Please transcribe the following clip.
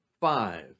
five